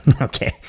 Okay